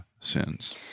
sins